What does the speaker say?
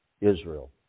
Israel